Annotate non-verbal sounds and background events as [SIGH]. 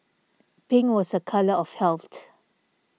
pink was a colour of [UNINTELLIGIBLE]